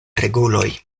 reguloj